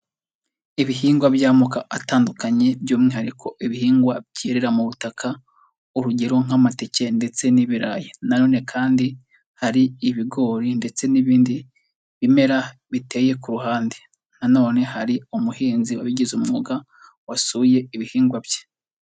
Ibihingwa by'amoko atandukanye by'umwihariko ibihingwa byerera mu butaka, urugero nk'amateke ndetse n'ibirayi, nanone kandi hari ibigori ndetse n'ibindi bimera biteye ku ruhande. nanone hari umuhinzi wabigize umwuga wasuye ibihingwa bye.